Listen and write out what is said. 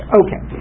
okay